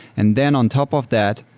and then on top of that,